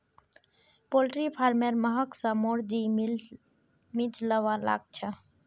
poultry फारमेर महक स मोर जी मिचलवा लाग छ